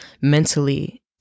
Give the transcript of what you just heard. mentally